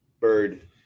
bird